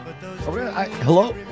Hello